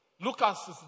Lucas